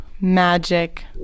magic